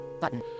Button